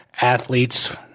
athletes